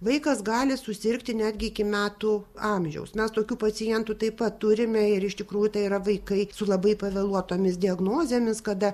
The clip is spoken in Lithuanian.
vaikas gali susirgti netgi iki metų amžiaus mes tokių pacientų taip pat turime ir iš tikrųjų tai yra vaikai su labai pavėluotomis diagnozėmis kada